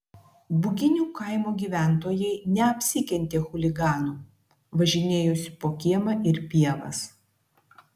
buginių kaimo gyventojai neapsikentė chuliganų važinėjosi po kiemą ir pievas